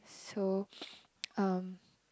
so um